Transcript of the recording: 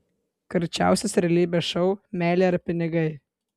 karčiausias realybės šou meilė ar pinigai